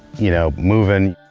you know, moving.